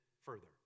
further